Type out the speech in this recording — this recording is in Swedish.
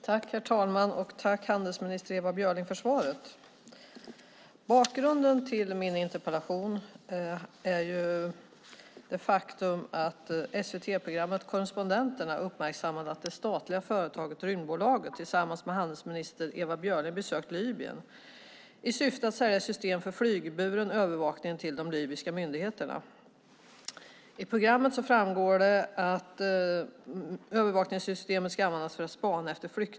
Herr talman! Jag tackar handelsminister Ewa Björling för svaret. Bakgrunden till min interpellation är det faktum att SVT-programmet Korrespondenterna uppmärksammade att det statliga företaget Rymdbolaget tillsammans med handelsminister Ewa Björling besökt Libyen i syfte att till de libyska myndigheterna sälja ett system för flygburen övervakning. I programmet framgår att övervakningssystemet ska användas för att spana efter flyktingar.